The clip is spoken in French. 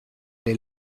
les